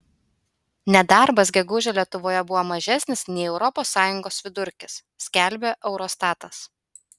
nedarbas gegužę lietuvoje buvo mažesnis nei europos sąjungos vidurkis skelbia eurostatas